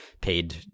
paid